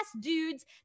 dudes